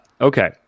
okay